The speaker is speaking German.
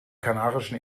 kanarischen